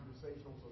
conversational